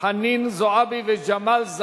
תשעה בעד.